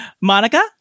Monica